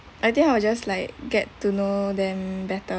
I think I will just like get to know them better